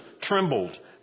trembled